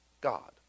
God